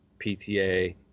pta